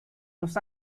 los